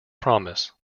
promise